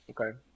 Okay